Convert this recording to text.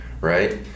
Right